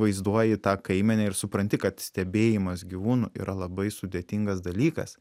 vaizduoji tą kaimenę ir supranti kad stebėjimas gyvūnų yra labai sudėtingas dalykas